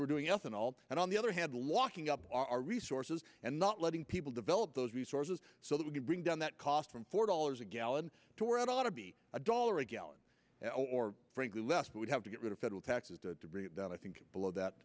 we're doing ethanol and on the other hand locking up our resources and not letting people develop those resources so that we can bring down that cost from four dollars a gallon to wear out ought to be a dollar a gallon or frankly lest we have to get rid of federal taxes to bring it down i think below that